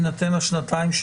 שינה בית המשפט את החלטת הנאמן,